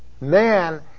man